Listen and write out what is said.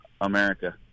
America